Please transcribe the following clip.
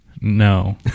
No